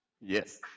Yes